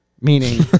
meaning